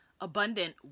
abundant